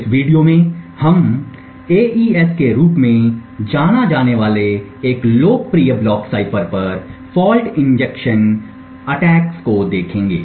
इस वीडियो में हम एईएस के रूप में जाने जाने वाले एक लोकप्रिय ब्लॉक साइफर पर फॉल्ट इंजेक्शन हमलों को देखेंगे